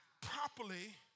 properly